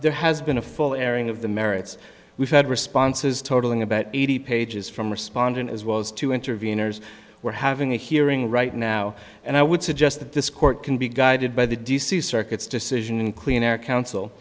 there has been a full airing of the merits we've had responses totaling about eighty pages from respondent as well as to intervenors we're having a hearing right now and i would suggest that this court can be guided by the d c circuit decision in clean air coun